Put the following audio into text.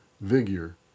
vigor